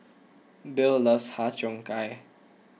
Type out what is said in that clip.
Bill loves Har Cheong Gai